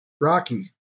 rocky